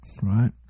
right